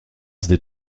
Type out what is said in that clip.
des